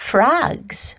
Frogs